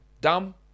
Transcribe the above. Dumb